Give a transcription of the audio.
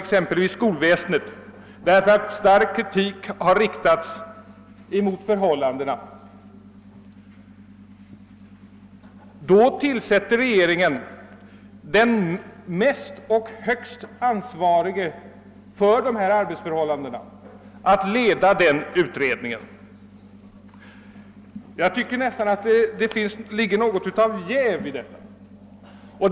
exempelvis skolväsendet, därför att stark kritik har riktats mot förhållandena. Då utser regeringen den mest och högst ansvarige för dessa arbetsförhållanden att leda denna utredning. Jag tycker nästan att det ligger något av jäv i detta.